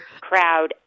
crowd